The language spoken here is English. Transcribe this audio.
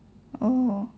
oh